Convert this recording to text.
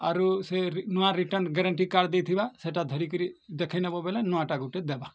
ଆରୁ ସେ ରି ନୂଆ ରିଟର୍ଣ୍ଣ ଗ୍ୟାରେଣ୍ଟି କାର୍ଡ଼୍ ଦେଇଥିବା ସେଇଟା ଧରିକିରି ଦେଖାଇ ନବ ବୋଲେ ନୂଆ ଟା ଗୁଟେ ଦବା